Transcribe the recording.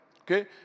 okay